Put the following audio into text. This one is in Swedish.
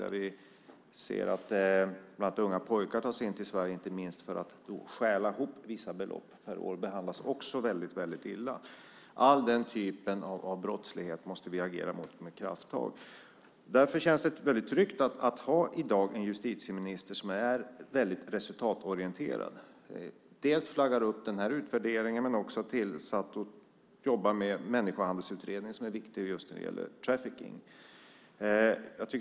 Bland annat ser vi att unga pojkar tas till Sverige, inte minst för att stjäla ihop pengar, och de behandlas mycket illa. All den typen av brottslighet måste vi med kraft agera mot. Därför känns det tryggt att ha en justitieminister som är resultatorienterad. Dels flaggar hon för utvärderingen, dels har hon tillsatt och jobbar med en människohandelsutredning som är viktig vad gäller just trafficking.